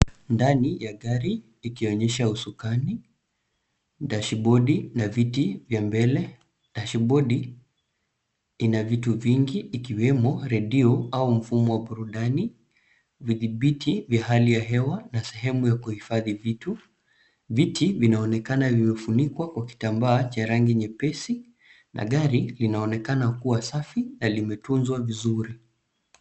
Ndani ya gari, ikionyesha usukani, dashibodi, na viti vya mbele. Dashibodi, ina vitu vingi ikiwemo redio au mfumo wa burudani, vidhibiti vya hali ya hewa, na sehemu ya kuhifadhi vitu. Viti vinaonekana vimefunikwa kwa kitambaa, cha rangi nyepesi, na gari linaonekana kuwa safi, na limetunzwa vizuri.